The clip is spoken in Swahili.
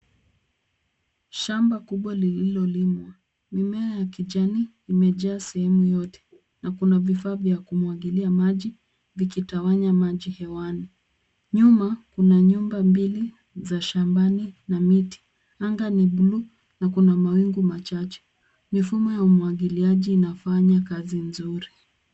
Shamba kubwa lililolimwa. Mimea ya kijani imejaa sehemu yote na kuna vifaa vya kumwagilia maji vikitawanya maji hewani. Nyuma kuna nyumba mbili za shambani na miti. Anga ni buluu na kuna mawingu machache. Mifumo ya umwagiliaji inafanya kazi nzuri.